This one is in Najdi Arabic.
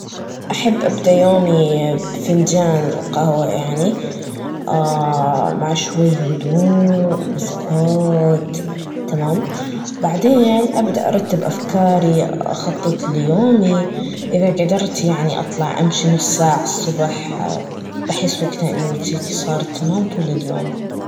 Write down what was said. أحبأبدأ يومي بفنجان قهوة يعني, مع شوي هدوووء وبسكوووت تمام؟ بعدين, أبدأ أرتب أفكاري, أخطط ليومي, إذا قدرت يعطي أطلع أمشي نص ساعة الصبح, بحس وقتها إن نفسيتي صارت تمام طول اليوم